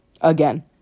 again